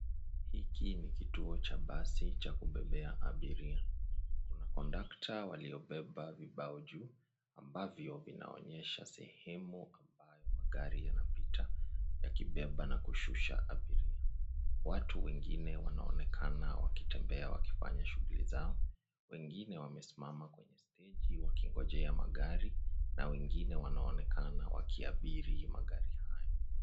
Hiki ni kituo cha basi cha kubebea abiria. Kuna kondakta waliobeba vibao juu ambavyo vinaonyesha sehemu ambayo magari yanapita yakibeba na kushusha abiria. Watu wengine wanaonekana wakitembea wakifanya shughuli zao, wengine wanaonekana wakisimama kwenye steji wakingojea magari na wengine wanaonekana wakiabiri magari hayo.